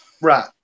Right